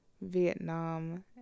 Vietnam